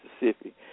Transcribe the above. Mississippi